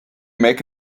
make